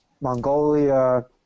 Mongolia